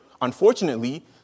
unfortunately